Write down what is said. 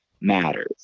matters